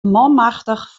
manmachtich